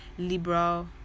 liberal